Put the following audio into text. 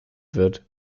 wird